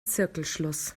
zirkelschluss